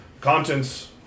contents